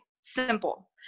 simple